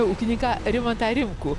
ūkininką rimantą rimkų